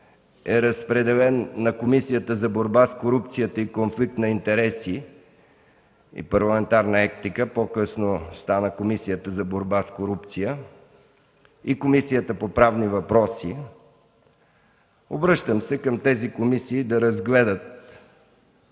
е разпределен на Комисията за борба с корупцията и конфликт на интереси и парламентарна етика, по-късно стана Комисията за борба с корупцията и конфликт на интереси, и Комисията по правни въпроси. Обръщам се към тези комисии да разгледат